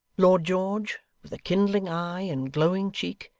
lord george, with a kindling eye and glowing cheek,